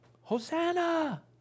Hosanna